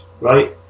right